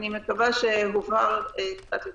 אני מקווה שהיא הובהרה קצת יותר.